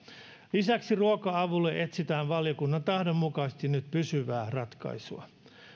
lisäksi ruoka avulle etsitään valiokunnan tahdon mukaisesti nyt pysyvää ratkaisua